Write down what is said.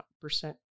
percent